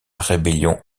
rébellion